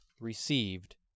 received